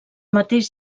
mateix